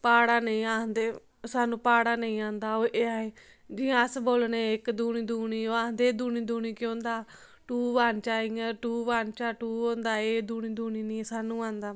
प्हाड़ा नेईं आखदे सानूं प्हाड़ा नेईं आंदा ऐ जियां अस बोलने इक दूनी दूनी ओह् आखदे दूनी दूनी केह् होंदा टू वन जा इयां टू वन जा टू होंदा एह् दूनी दूनी निं सानूं आंदा